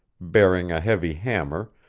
bearing a heavy hammer,